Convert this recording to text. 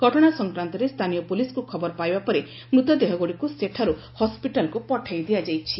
ଘଟଣା ସଂକ୍ରାନ୍ତରେ ସ୍ଥାନୀୟ ପୋଲିସ୍କୁ ଖବର ପାଇବା ପରେ ମୃତଦେହଗୁଡ଼ିକୁ ସେଠାରୁ ହସ୍ୱିଟାଲକୁ ପଠାଇ ଦିଆଯାଇଛି